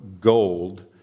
gold